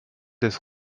des